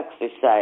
Exercise